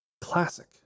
Classic